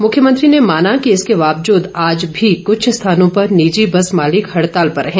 मुख्यमंत्री ने माना की इसके बावजूद आज भी कुछ स्थानों पर निजि बस मालिक हड़ताल पर है